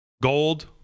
gold